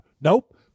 Nope